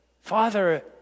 Father